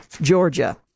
Georgia